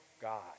God